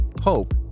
hope